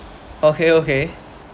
okay okay